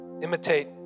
Imitate